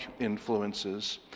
influences